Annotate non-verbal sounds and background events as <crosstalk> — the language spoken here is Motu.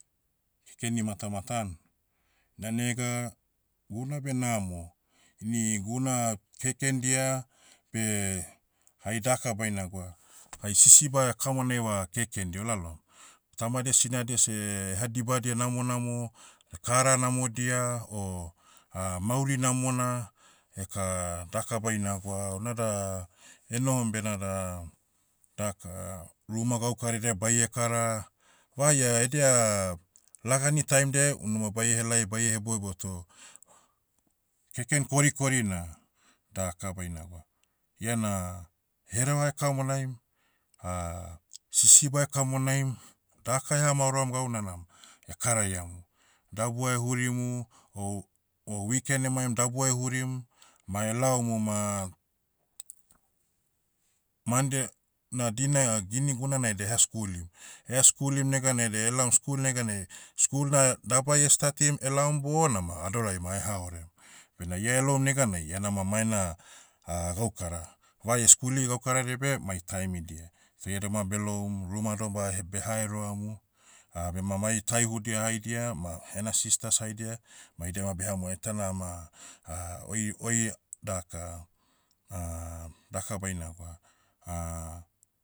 Kekeni matamata an. Na nega, guna beh namo. Ini guna kekendia, beh, hai daka baina gwa, hai sisiba ekamonaiva kekendia olalom. Tamadia sinadia seh, eha dibadia namonamo, kara namodia, o, <hesitation> mauri namona, eka daka baina gwa, unada, enohom benada, daka, ruma gaukaradia baie kara. Vaia edia, lagani taimdiai, unuma baie helai baie hebouebou toh, keken korikorina, daka baina gwa, iana, hereva ekamonaim, <hesitation> sisiba ekamonaim, daka ehamaoroam gauna nam, ekaraiamu. Dabua ehurimu, o- o wiken emaim dabua ehurim, ma elaomu ma, mande, na dina gini gunanai deha skulim. Eha skulim neganai da elaom school neganai, school na dabai <hesitation> statim elaom bona ma adorai ma eha orem. Bena ia eloum neganai ia nama maena, <hesitation> gaukara. Vaia skuli gaukaradia beh mai taimidia. Toh ia dama beloumu ruma doma he- beha eroamu, <hesitation> bema mai taihudia haidia ma ena sisters haidia, ma idia ma beha mao <hesitation> itana ma, <hesitation> oi- oi daka, <hesitation> daka baina gwa, <hesitation>